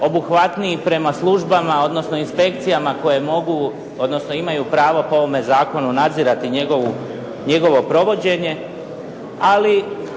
obuhvatniji prema službama odnosno inspekcijama koje mogu, odnosno imaju pravo po ovome zakonu nadzirati njegovo provođenje,